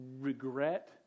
regret